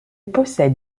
possède